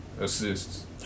assists